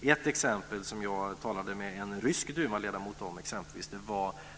Jag talade exempelvis med en rysk dumaledamot om